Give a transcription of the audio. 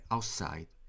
Outside